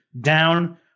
down